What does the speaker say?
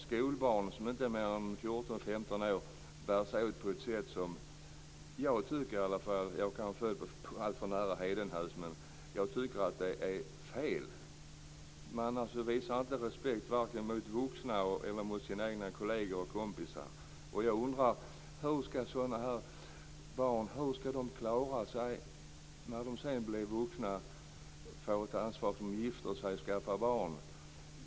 Skolbarn som inte är mer än 14-15 år bär sig åt på ett sätt som i alla fall jag tycker - men jag kanske är alltför nära Hedenhös - är fel. Man visar inte respekt vare sig för vuxna eller för kolleger och kompisar. Hur skall de här barnen klara sig när de sedan blir vuxna och får ett ansvar - när de gifter sig och skaffar barn?